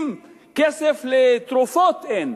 אם כסף לתרופות אין,